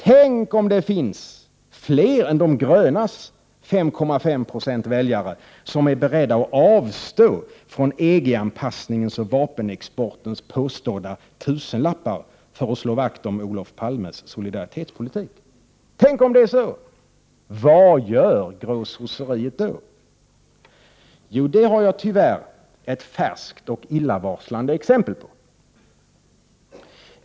Tänk om det finns fler än de grönas 5,5 96 väljare som är beredda att avstå från EG-anpassningens och vapenexportens påstådda tusenlappar, för att slå vakt om Olof Palmes solidaritetspolitik! Tänk om det är så. Vad gör gråsosseriet då? Det har jag tyvärr ett färskt och illavarslande exempel på.